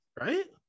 right